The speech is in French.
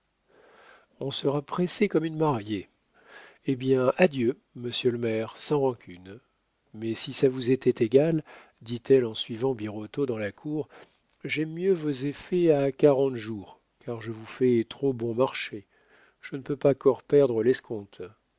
on sera pressé comme une mariée eh bien adieu monsieur le maire sans rancune mais si ça vous était égal dit-elle en suivant birotteau dans la cour j'aime mieux vos effets à quarante jours car je vous fais trop bon marché je ne peux pas core perdre l'escompte